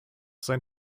sein